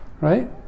Right